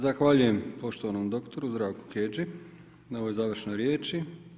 Zahvaljujem poštovanom dr. Zdraku Kedži na ovoj završnoj riječi.